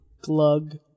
Glug